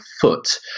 foot